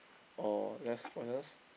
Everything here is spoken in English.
or less poisonous